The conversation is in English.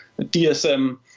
DSM